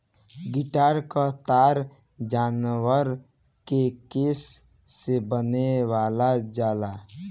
guitar क तार जानवर के केस से बनावल जाला